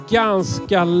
ganska